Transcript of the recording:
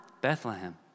Bethlehem